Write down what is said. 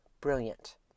brilliant